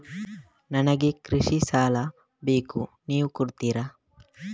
ನನಗೆ ಕೃಷಿ ಸಾಲ ಬೇಕು ನೀವು ಕೊಡ್ತೀರಾ?